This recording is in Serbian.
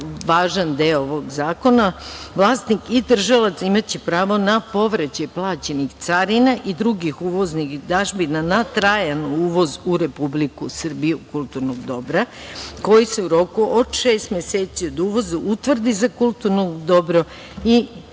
važan deo ovog zakona. Vlasnik i držalac imaće pravo na povraćaj plaćenih carina i drugih uvoznih dažbina na trajan uvoz u Republiku Srbiju kulturnog dobra koji se u roku o šest meseci od uvoza utvrdi za kulturno dobro i